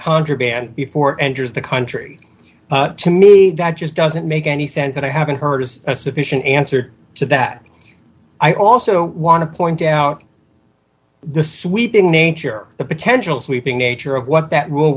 contraband before enters the country to me that just doesn't make any sense and i haven't heard a sufficient answer to that i also want to point out the sweeping nature of the potential sweeping nature of what that rule